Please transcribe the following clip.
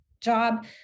job